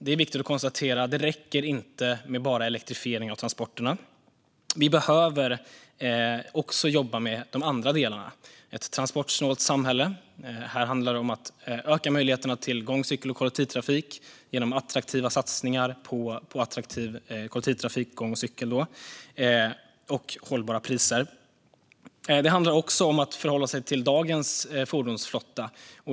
Det är viktigt att konstatera. Det räcker inte med bara elektrifiering av transporterna. Vi behöver också jobba med de andra delarna. Det handlar om ett transportsnålt samhälle. Här gäller det att öka möjligheterna till gång, cykel och kollektivtrafik genom attraktiva satsningar på attraktiv kollektivtrafik, gång och cykeltrafik och hållbara priser. Det handlar också om att förhålla sig till dagens fordonsflotta.